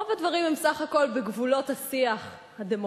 רוב הדברים הם בסך הכול בגבולות השיח הדמוקרטי,